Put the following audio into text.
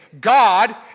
God